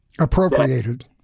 Appropriated